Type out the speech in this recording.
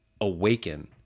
awaken